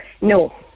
No